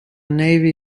navy